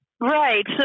right